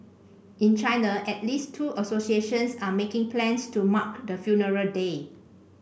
in China at least two associations are making plans to mark the funeral day